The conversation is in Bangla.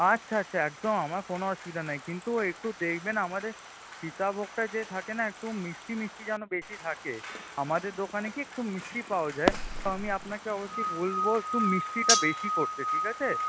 আচ্ছা আচ্ছা একদম আমার কোনও অসুবিধে নেই কিন্তু একটু দেখবেন আমাদের সীতাভোগটা যে থাকে না একটু মিষ্টি মিষ্টি যেন বেশি থাকে আমাদের দোকানে কী একটু মিষ্টি পাওয়া যায় তো আমি আপনাকে অবশ্যই বলব একটু মিষ্টিটা বেশি করতে ঠিক আছে